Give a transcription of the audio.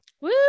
Woo